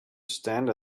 stand